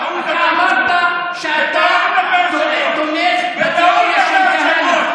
--- אתה אמרת שאתה תומך בתיאוריה של כהנא.